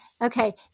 Okay